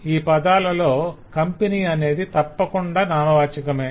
ఈ పదాలలో కంపెనీ అనేది తప్పకుండా నామవాచాకమే